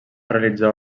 realitzar